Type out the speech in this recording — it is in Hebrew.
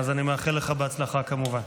אז אני מאחל לך הצלחה, כמובן.